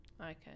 Okay